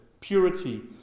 Purity